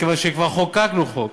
מכיוון שאם כבר חוקקנו חוק